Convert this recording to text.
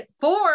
four